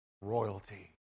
royalty